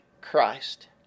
Christ